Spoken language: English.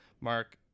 Mark